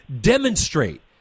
demonstrate